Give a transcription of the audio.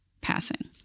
passing